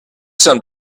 some